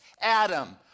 Adam